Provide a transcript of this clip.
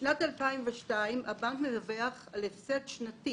בשנת 2002 הבנק מדווח על הפסד שנתי